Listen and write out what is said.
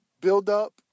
build-up